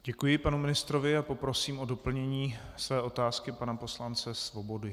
Děkuji panu ministrovi a poprosím o doplnění své otázka pana poslance Svobodu.